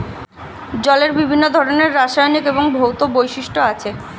জলের বিভিন্ন ধরনের রাসায়নিক এবং ভৌত বৈশিষ্ট্য আছে